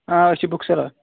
آ أسۍ چھِ بُک سیلَر